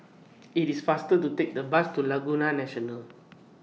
IT IS faster to Take The Bus to Laguna National